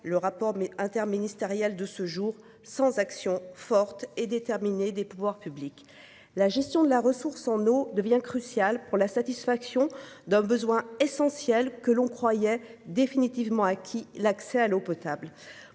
le rapport mais interministériel de ce jour sans action forte et déterminée des pouvoirs publics. La gestion de la ressource en eau devient crucial pour la satisfaction d'un besoin essentiel que l'on croyait définitivement acquis, l'accès à l'eau potable